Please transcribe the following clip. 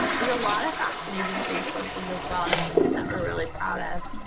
there's a lot of fascinating resources as well, and it's something that we're really proud of.